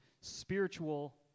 spiritual